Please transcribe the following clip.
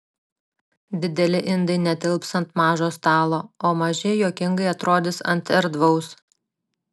dideli indai netilps ant mažo stalo o maži juokingai atrodys ant erdvaus